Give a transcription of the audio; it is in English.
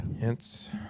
Hence